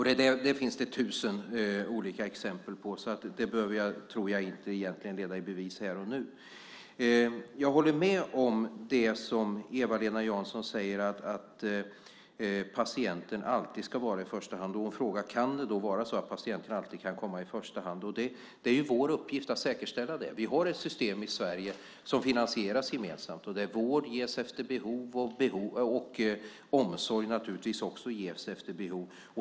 Detta finns det tusen olika exempel på. Jag tror inte att jag behöver leda det i bevis här och nu. Jag håller med om det som Eva-Lena Jansson säger om att patienten alltid ska komma i första hand. Hon frågar om det alltid kan vara så. Det är ju vår uppgift att säkerställa att det blir så. Vi har ett system i Sverige som finansieras gemensamt och där vård och omsorg ges efter behov.